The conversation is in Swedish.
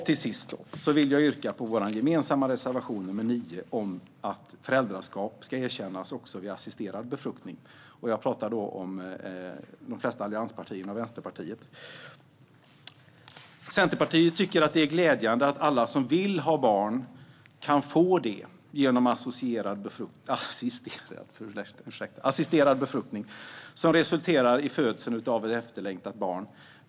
Till sist vill jag yrka bifall till reservation 9 från M, C, V och L om att föräldraskap ska erkännas också vid assisterad befruktning. Centerpartiet tycker att det är glädjande att alla som vill ha barn ska kunna få det genom assisterad befruktning som resulterar i födseln av ett efterlängtat barn.